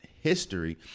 history